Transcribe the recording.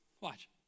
Watch